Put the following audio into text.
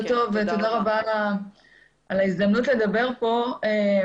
ותודה רבה על ההזדמנות לדבר פה.